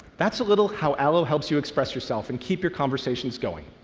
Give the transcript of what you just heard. that's a little how allo helps you express yourself and keep your conversations going.